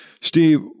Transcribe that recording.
Steve